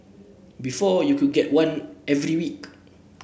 before you could get one every week